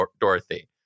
Dorothy